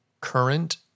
current